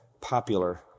popular